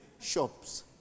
shops